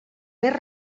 més